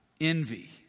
envy